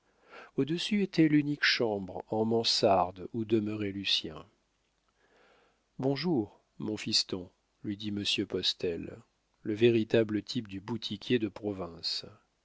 au-dessus était l'unique chambre en mansarde où demeurait lucien bonjour mon fiston lui dit monsieur postel le véritable type du boutiquier de province